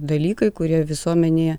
dalykai kurie visuomenėje